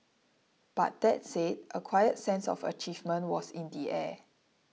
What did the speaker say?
but that said a quiet sense of achievement was in the air